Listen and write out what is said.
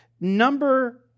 Number